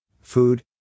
food